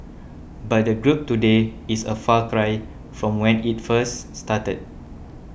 but the group today is a far cry from when it first started